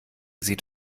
sieht